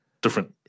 different